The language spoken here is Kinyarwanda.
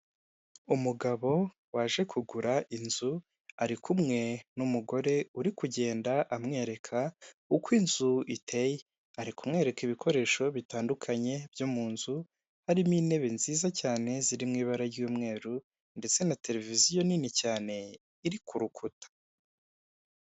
Umugabo waje kugura inzu ari kumwe n'umugore uri kugenda amwereka uko inzu iteye ari kumwereka ibikoresho bitandukanye byo mu nzu harimo intebe nziza cyane ziri mu ibara ry'umweru ndetse na televiziyo nini cyane iri ku rukuta.